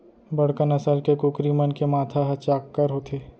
बड़का नसल के कुकरी मन के माथा ह चाक्कर होथे